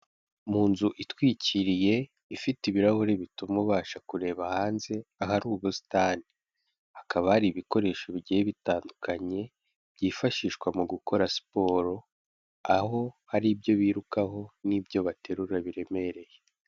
Mu nzu itwikiriye ifite ibirahuri bituma ubasha kureba hanze ahari ubusitani, hakaba hari ibikoresho bigiye bitandukanye byifashishwa mu gukora siporo, aho hari ibyo birukaho n'ibyo baterura biremereye.